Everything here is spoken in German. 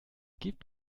gibt